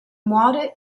muore